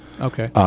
Okay